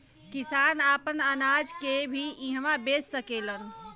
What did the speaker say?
किसान आपन अनाज के भी इहवां बेच सकेलन